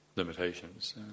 Limitations